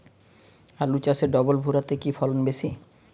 আলু চাষে ডবল ভুরা তে কি ফলন বেশি?